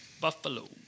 buffalo